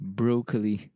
broccoli